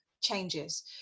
changes